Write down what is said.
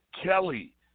Kelly